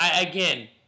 again